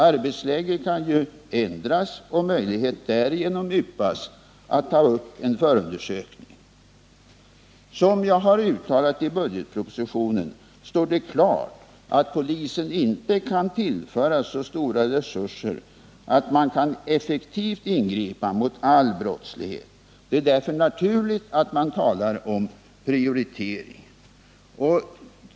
Arbetsläget kan ju ändras och möjlighet därigenom yppas att ta upp en förundersökning. Som jag har uttalat i budgetpropositionen står det klart att polisen inte kan tillföras så stora resurser att man kan effektivt ingripa mot all brottslighet. Det är därför naturligt att man talar om prioritering.